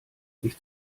sich